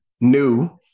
new